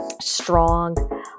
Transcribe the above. strong